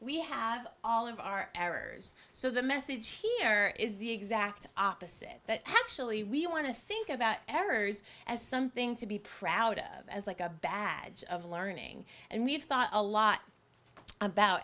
we have all of our errors so the message here is the exact opposite that actually we want to think about errors as something to be proud of as like a badge of learning and we've thought a lot about